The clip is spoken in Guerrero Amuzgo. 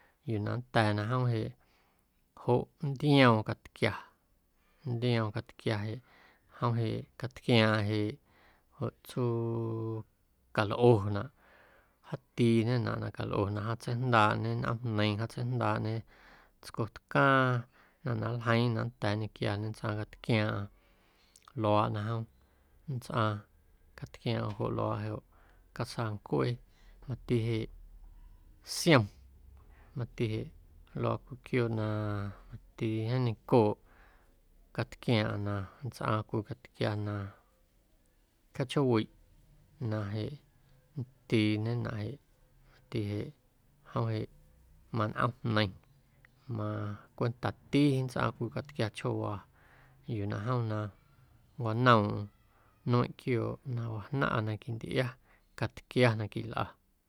Yuu na nnda̱a̱ na jom jeꞌ jom nntioom catquia, nntioom catquia jeꞌ jom jeꞌ catquiaaⁿaⁿ jeꞌ joꞌ tsuu calꞌonaꞌ jaatiinaꞌ na calꞌonaꞌ jaatseijndaaꞌ nꞌoomjneiⁿ, jaatseijndaaꞌñe tscotcaaⁿ ꞌnaⁿ na nljeiiⁿ na nnda̱a̱ nnequiaañe na nntsꞌaaⁿ catquiaaⁿꞌaⁿ luaaꞌ na jom nntsꞌaaⁿ catquiaaⁿꞌaⁿ joꞌ luaa casaancwee, mati jeꞌ siom mati jeꞌ luaa cwii quiooꞌ na mati jeeⁿ neiⁿncooꞌ catquiaaⁿꞌaⁿ na nntsꞌaaⁿ cwii catquia na cachjoowiꞌ na jeꞌ nntiñenaꞌ jeꞌ mati jeꞌ jom jeꞌ manꞌoomjneiⁿ mana cwentati nntsꞌaaⁿ cwii catquia chjoowaa yuu na jom na nncwanoomꞌm nueⁿꞌ quiooꞌ na wajnaⁿꞌa na quintꞌia catquia na quilꞌa.